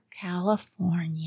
California